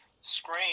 Scream